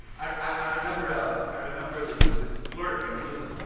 i remember um i remember this this clerk and he was the,